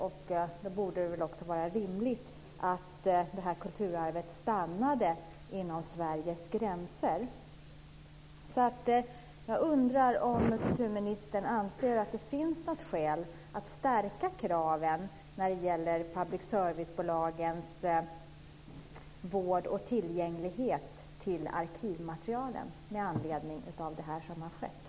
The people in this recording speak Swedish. Då borde det också vara rimligt att det här kulturarvet stannade inom Sveriges gränser. Jag undrar om kulturministern anser att det finns skäl att skärpa kraven när det gäller public servicebolagens vård av filmer och tillgänglighet till arkivmaterialen med anledning av det här som har skett.